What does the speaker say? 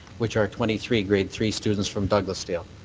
which are twenty three grade three students from douglasdale.